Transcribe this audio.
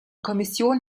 kommission